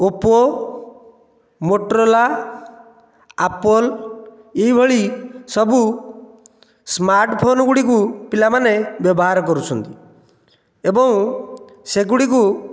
Oppo Motorola Apple ଏହିଭଳି ସବୁ smart ଫୋନ୍ଗୁଡ଼ିକୁ ପିଲାମାନେ ବ୍ୟବହାର କରୁଛନ୍ତି ଏବଂ ସେଗୁଡ଼ିକୁ